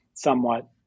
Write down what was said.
somewhat